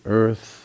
earth